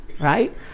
Right